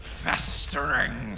festering